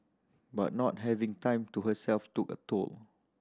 but not having time to herself took a toll